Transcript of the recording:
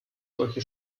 solche